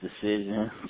decision